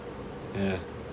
yeah